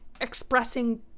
expressing